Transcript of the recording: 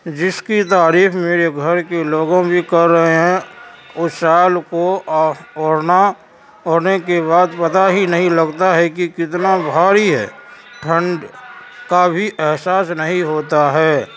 جس کی تعریف میرے گھر کے لوگوں بھی کر رہے ہیں اس شال کو اوڑھنا اوڑھنے کے بعد پتہ ہی نہیں لگتا ہے کہ کتنا بھاری ہے ٹھنڈ کا بھی احساس نہیں ہوتا ہے